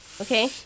okay